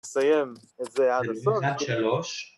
‫לסיים את זה עד הסוף. שלוש.